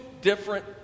different